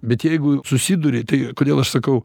bet jeigu susiduri tai kodėl aš sakau